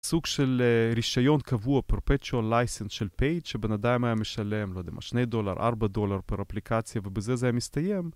סוג של רישיון קבוע, Perpetual License של Page, שבן אדם היה משלם, לא יודע, 2 דולר, 4 דולר פר-אפליקציה, ובזה זה היה מסתיים.